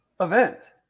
event